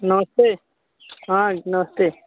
नमस्ते हाँ नमस्ते